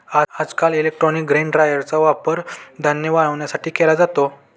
आजकाल electronic grain ड्रायरचा वापर धान्य वाळवण्यासाठी केला जातो